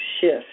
shift